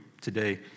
today